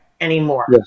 anymore